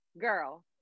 girl